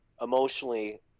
emotionally